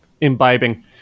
imbibing